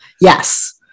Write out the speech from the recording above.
Yes